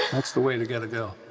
that's the way to get a girl.